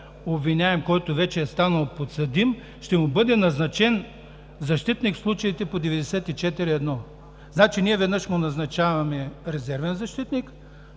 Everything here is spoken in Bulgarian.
обвиняем, който вече е станал подсъдим, ще му бъде назначен защитник в случаите по чл. 94, ал. 1. Ние веднъж му назначаваме резервен защитник,